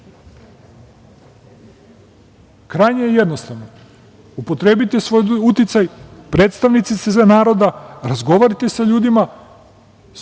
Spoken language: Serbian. je jednostavno. Upotrebite svoj uticaj, predstavnici ste naroda, razgovarajte sa ljudima.